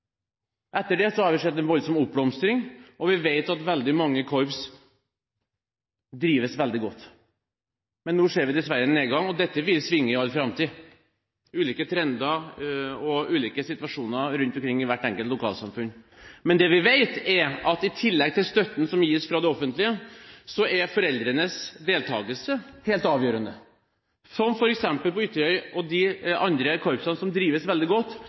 Etter det har det skjedd en voldsom oppblomstring, og vi vet at veldig mange korps drives veldig godt. Men nå ser vi dessverre en nedgang. Ulike trender og situasjoner i hvert enkelt lokalsamfunn gjør at det vil svinge i all framtid. Det vi vet, er at i tillegg til støtten som gis fra det offentlige, er foreldrenes deltakelse helt avgjørende, f.eks. på Ytterøy og i de andre korpsene som drives veldig godt.